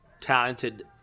talented